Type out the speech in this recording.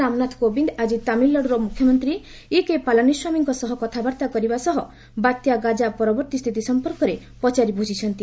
ରାଷ୍ଟ୍ରପତି ରାମନାଥ କୋବିନ୍ଦ୍ ଆଜି ତାମିଲ୍ନାଡୁ ମୁଖ୍ୟମନ୍ତ୍ରୀ ଇ କେ ପାଲାନୀସ୍ୱାମୀଙ୍କ ସହ କଥାବାର୍ତ୍ତା କରିବା ସହ ବାତ୍ୟା ଗାଜା ପରବର୍ତ୍ତୀ ସ୍ଥିତି ସମ୍ପର୍କରେ ପଚାରି ବୃଝିଛନ୍ତି